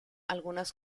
algunas